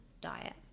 diet